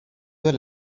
well